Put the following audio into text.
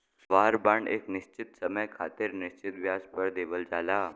वार bond एक निश्चित समय खातिर निश्चित ब्याज दर पर देवल जाला